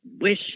wish